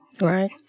Right